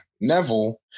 Neville